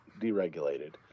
deregulated